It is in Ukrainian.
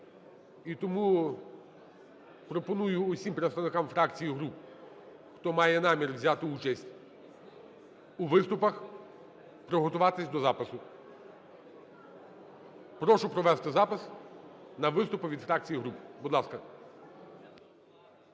І тому пропоную усім представникам фракцій і груп, хто має намір взяти участь у виступах, приготуватися до запису. Прошу провести запис на виступи від фракцій і груп. Будь ласка.